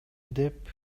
деп